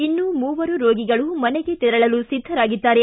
ಇನ್ನು ಮೂವರು ರೋಗಿಗಳು ಮನೆಗೆ ತೆರಳಲು ಸಿದ್ದರಾಗಿದ್ದಾರೆ